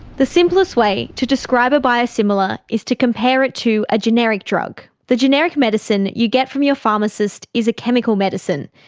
the simplest way to describe a biosimilar is to compare it to a generic drug. the generic medicine that you get from your pharmacist is a chemical medicine,